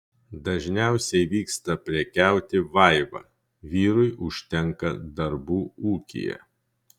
dažniausiai vyksta prekiauti vaiva vyrui užtenka darbų ūkyje